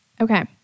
Okay